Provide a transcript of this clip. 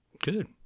good